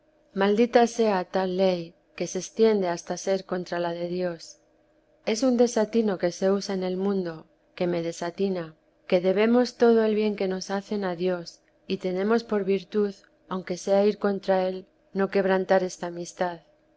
maldita sea tal ley que se extiende hasta ser contra la de dios es un des r atino que se usa en el mundo que me desatina que debemos todo el bien que nos hacen a dios y tenemos por virtud aunque sea ir contra é no quebrantar esta amistad